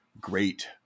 Great